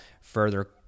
further